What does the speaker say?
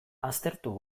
aztertu